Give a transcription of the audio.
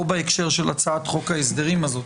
לא בהקשר של הצעת חוק ההסדרים הזאת,